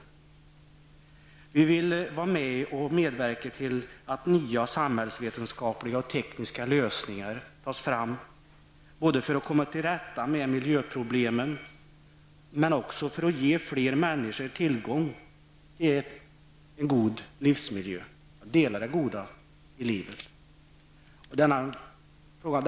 Vi i vänsterpartiet vill vara med och medverka till att nya samhällsvetenskapliga och tekniska lösningar tas fram både för att komma till rätta med miljöproblemen och för att ge fler människor tillgång till en god livsmiljö, så att de kan få del av det goda i livet.